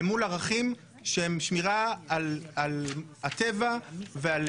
למול ערכים שהם שמירה על הטבע ועל